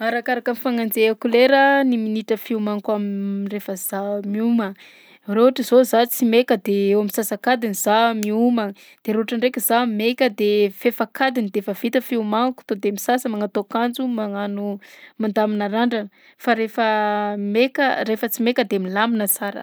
Arakaraka fagnenjehako lera ny minitra fiomanako am- rehefa za miomana. Raha ohatra zao za tsy maika de eo am'antsasak'adiny za miomana de raha ohatra ndraika zaho maika de fefak'adiny de efa vita fiomanako. To de misasa, magnatao akanjo, magnano mandamina randrana fa rehefa maika rehefa tsy maika de milamina sara.